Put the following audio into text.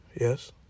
yes